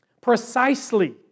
Precisely